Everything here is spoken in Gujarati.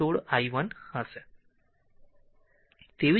તેથી v 1 16 i i 1 હશે